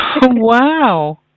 wow